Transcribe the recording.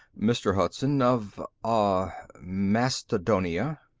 mr. hudson of ah mastodonia.